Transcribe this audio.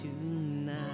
tonight